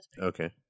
Okay